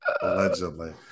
allegedly